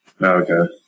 Okay